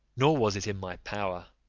nor was it in my power,